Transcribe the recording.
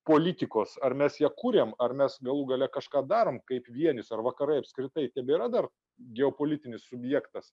politikos ar mes ją kuriam ar mes galų gale kažką darom kaip vienis ar vakarai apskritai tebėra dar geopolitinis subjektas